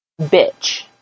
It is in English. Bitch